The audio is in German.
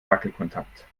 wackelkontakt